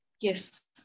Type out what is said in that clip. yes